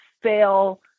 fail